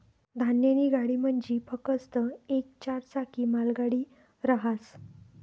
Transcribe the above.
धान्यनी गाडी म्हंजी फकस्त येक चार चाकी मालगाडी रहास